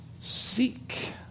seek